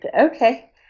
Okay